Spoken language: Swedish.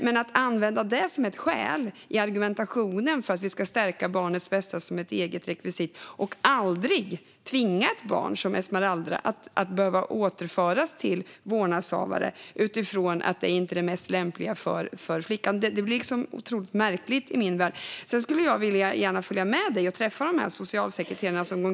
Men att använda detta som ett skäl i argumentationen mot ett eget rekvisit om att stärka barnets bästa, att aldrig tvinga ett barn som Esmeralda att behöva återföras till vårdnadshavare utifrån att det inte är det mest lämpliga för flickan, blir otroligt märkligt i min värld. Jag skulle gärna vilja följa med dig och träffa de oroliga socialsekreterarna.